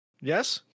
Yes